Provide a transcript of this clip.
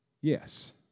yes